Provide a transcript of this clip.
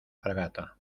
fragata